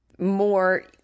more